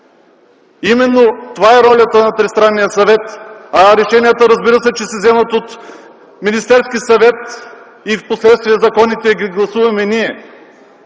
Именно това е ролята на тристранния съвет. Решенията, разбира се, че се вземат от Министерския съвет и впоследствие законите ги гласуваме ние.